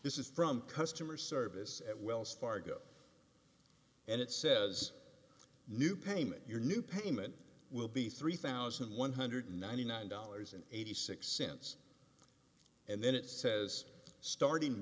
this is from customer service at wells fargo and it says new payment your new payment will be three thousand one hundred and ninety nine dollars eighty six cents and then it says starting